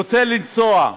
ורוצה לנסוע,